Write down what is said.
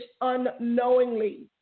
unknowingly